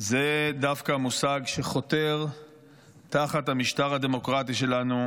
זה דווקא מושג שחותר תחת המשטר הדמוקרטי שלנו,